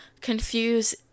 confuse